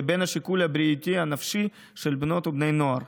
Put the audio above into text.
לבין השיקול הבריאותי-הנפשי של בנות ובני הנוער.